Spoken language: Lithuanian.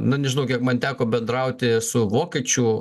nu nežinau kiek man teko bendrauti su vokiečių